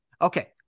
Okay